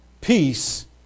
peace